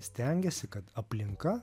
stengiasi kad aplinka